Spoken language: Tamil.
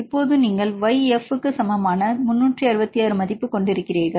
இப்போது நீங்கள் yF க்கு சமமான 366 மதிப்பு கொண்டிருக்கிறீர்கள்